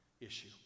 issue